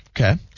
Okay